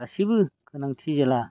गासैबो गोनांथि जेब्ला